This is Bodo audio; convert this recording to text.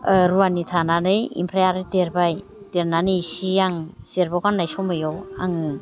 रुवानि थानानै ओमफ्राय आरो देरबाय देरनानै इसे आं जेरबायाव गाननाय समायाव आङो